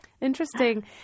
Interesting